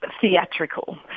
theatrical